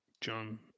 John